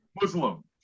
Muslim